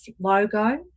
logo